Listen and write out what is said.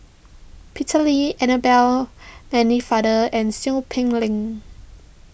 Peter Lee Annabel Pennefather and Seow Peck Leng